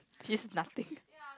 feels nothing